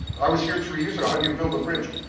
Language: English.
i was here three years ago, how do you build a bridge?